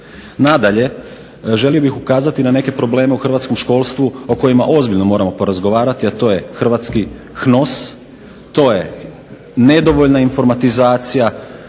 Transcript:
Nadalje, želio bih ukazati na neke probleme u hrvatskom školstvu o kojima ozbiljno moramo porazgovarati, a to je hrvatski HNOS, to je nedovoljna informatizacija,